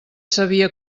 sabia